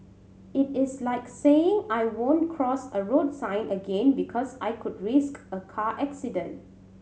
it is like saying I won't cross a road sign again because I could risk a car accident